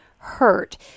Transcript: hurt